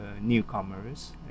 newcomers